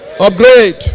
Upgrade